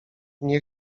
nie